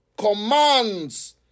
commands